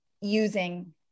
using